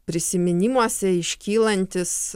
prisiminimuose iškylantis